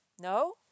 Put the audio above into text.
No